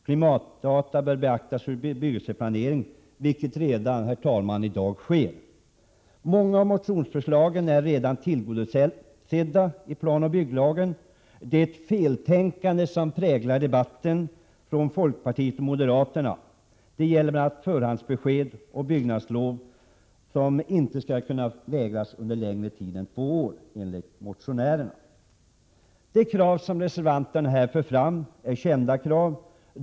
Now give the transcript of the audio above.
Klimatdata bör beaktas vid bebyggelseplanering, vilket redan sker i dag. Många av förslagen i motionerna är redan i dag tillgodosedda i planoch bygglagen. Det är ett feltänkande som präglar folkpartiets och moderaternas inlägg i debatten. Det gäller bl.a. i fråga om förhandsbesked och byggnadslov, som enligt motionärerna inte skall kunna vägras under längre tid än två år. De krav som reservanterna här framför är redan kända.